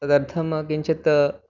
तदर्थं किञ्चित्